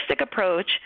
approach